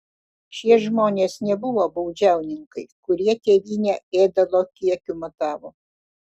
šie žmonės nebuvo baudžiauninkai kurie tėvynę ėdalo kiekiu matavo